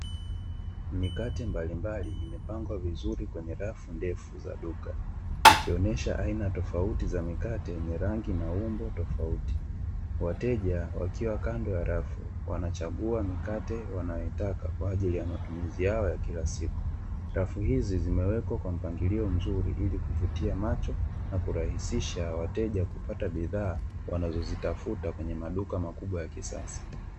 Mikate mbalimbali, imepangwa vizuri kwenye rafu ndefu za duka, ikionesha aina tofauti za mikate zenye rangi na umbo tofauti. Wateja, wakiwa kando ya rafu, wanachagua mikate wanayoitaka kwa ajili ya matumizi yao ya kila siku. Rafu hizi zimewekwa kwa mpangilio mzuri ili kuvutia macho na kurahisisha wateja kupata bidhaa wanazitafuta kwenye maduka makubwa ya kisasa.